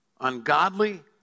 Ungodly